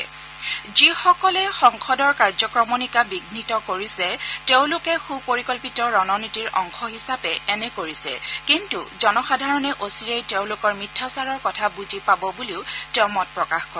তেওঁ লগতে যিসকলে সংসদৰ কাৰ্যক্ৰমণিকা বিঘিত কৰিছে তেওঁলোকে সুপৰিকল্পিত ৰণনীতিৰ অংশ হিচাপে এনে কৰিছে কিন্তু জনসাধাৰণে অচিৰেই তেওঁলোকৰ মিথ্যাচাৰৰ কথা বুজি পাব বুলি মত প্ৰকাশ কৰে